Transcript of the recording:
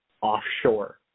offshore